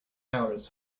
hours